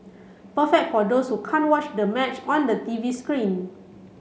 perfect for those who can't watch the match on the TV screen